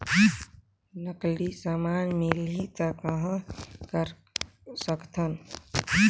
नकली समान मिलही त कहां कर सकथन?